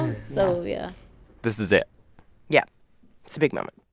so yeah this is it yeah, it's a big moment